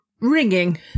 ringing